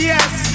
Yes